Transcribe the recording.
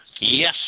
Yes